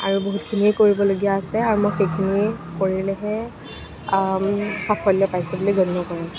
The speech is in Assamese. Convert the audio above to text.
আৰু বহুতখিনিয়ে কৰিবলগীয়া আছে আৰু মই সেইখিনি কৰিলেহে সাফল্য পাইছোঁ বুলি গণ্য কৰিম